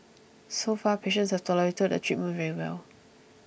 so far patients have tolerated the treatment very well